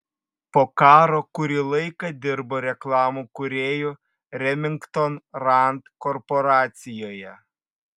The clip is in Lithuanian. po karo kurį laiką dirbo reklamų kūrėju remington rand korporacijoje